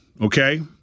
okay